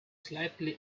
slightly